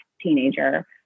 teenager